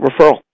referral